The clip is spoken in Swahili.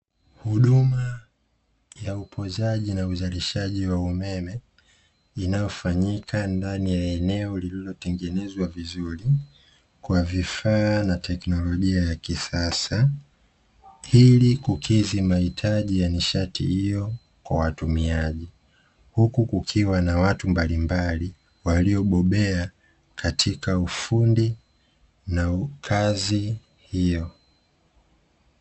Huduma ya utunzaji na uzalishaji wa umeme inayofanyika ndani ya eneo lililotengenezwa vizuri kwa vifaa na teknolojia ya kisasa, ili kukidhi mahitaji ya nishati hiyo kwa watumiaji huku kukiwa na watu mbalimbali waliobobea katika ufundi na kazi hiyo.